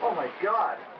god!